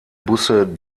busse